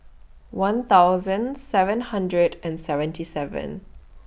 one thousand seven hundred and seventy seven